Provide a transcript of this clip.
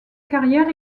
carrière